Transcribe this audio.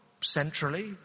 centrally